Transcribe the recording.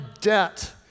debt